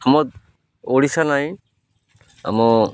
ଆମ ଓଡ଼ିଶା ନାଇଁ ଆମ